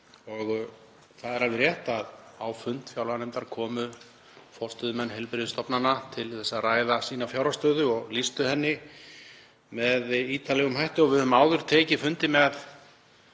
Það er alveg rétt að á fund fjárlaganefndar komu forstöðumenn heilbrigðisstofnana til að ræða sína fjárhagsstöðu og lýstu henni með ítarlegum hætti. Við höfum áður tekið fundi með